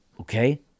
okay